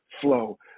flow